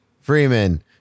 Freeman